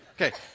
Okay